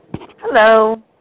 Hello